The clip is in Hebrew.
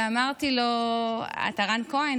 אמרתי לו, אתה רן כהן?